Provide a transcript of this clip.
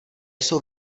jsou